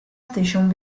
station